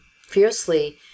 fiercely